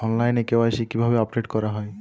অনলাইনে কে.ওয়াই.সি কিভাবে আপডেট করা হয়?